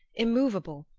immovable,